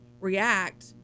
react